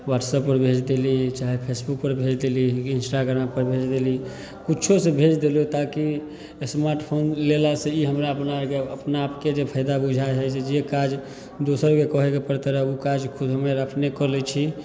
वॉट्सएपपर भेज देली चाहे फेसबुकपर भेज देली इन्स्टाग्रामपर भेज देली किछु से भेज देली ताकि स्मार्टफोन लेला से ई हमरा अपना आरके अपना आपके जे फायदा बुझाइ हइ जे काज दोसरके कहैके पड़ैत रहै ओ काज खुद हमे आर अपने कऽ लै छी